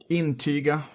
intyga